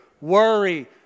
worry